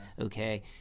okay